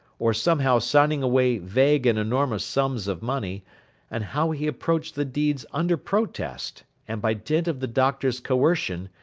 or somehow signing away vague and enormous sums of money and how he approached the deeds under protest, and by dint of the doctor's coercion,